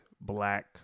black